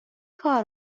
کار